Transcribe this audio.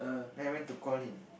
then I went to call him